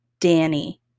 Danny